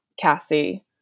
cassie